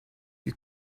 you